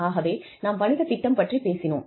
ஆகவே நாம் வணிகத் திட்டம் பற்றிப் பேசினோம்